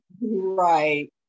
Right